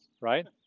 Right